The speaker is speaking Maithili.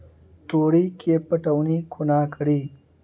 तोरी केँ पटौनी कोना कड़ी?